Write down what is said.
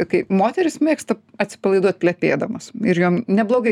kai moterys mėgsta atsipalaiduot plepėdamos ir jom neblogai